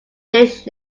dish